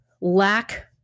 lack